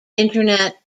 internet